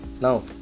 Now